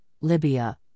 Libya